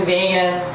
Vegas